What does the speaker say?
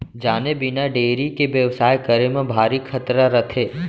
जाने बिना डेयरी के बेवसाय करे म भारी खतरा रथे